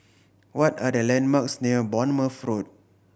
what are the landmarks near Bournemouth Road